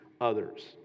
others